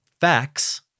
facts